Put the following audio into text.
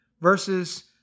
versus